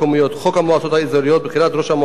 חוק המועצות האזוריות (בחירת ראש המועצה)